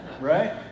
Right